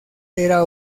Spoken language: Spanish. era